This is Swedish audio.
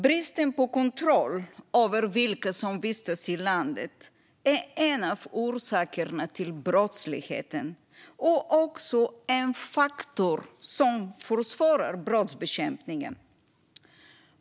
Bristen på kontroll över vilka som vistas i landet är en av orsakerna till brottsligheten och också en faktor som försvårar brottsbekämpningen.